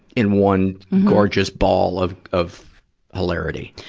in one gorgeous ball of, of hilarity.